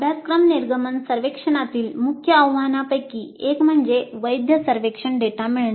अभ्यासक्रम निर्गमन सर्वेक्षणातील मुख्य आव्हानांपैकी एक म्हणजे वैध सर्वेक्षण डेटा मिळणे